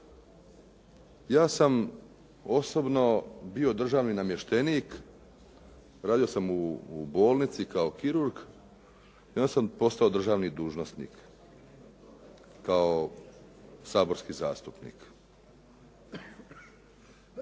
ja sam osobno bio državni namještenik, radio sam u bolnici kao kirurg i onda sam postao državni dužnosnik, kao saborski zastupnik.